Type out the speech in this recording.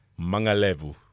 Mangalevu